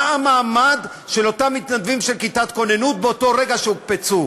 מה המעמד של אותם מתנדבים של כיתת הכוננות באותו רגע שהוקפצו?